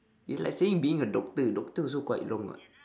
you like saying being a doctor doctor also quite long [what]